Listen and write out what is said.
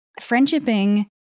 friendshiping